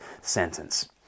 sentence